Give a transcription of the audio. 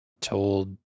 told